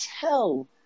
tell